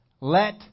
let